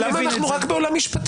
אבל גלעד, למה אנחנו רק בעולם משפטי?